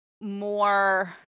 more